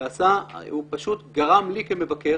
והוא פשוט גרם לי כמבקר